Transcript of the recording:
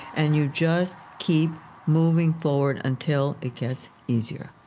and you just keep moving forward until it gets easier.